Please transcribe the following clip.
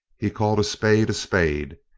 he called a spade a spade.